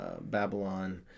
Babylon